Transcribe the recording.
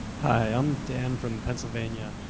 hi, i'm dan from pennsylvania.